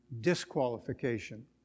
disqualification